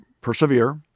persevere